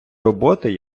роботи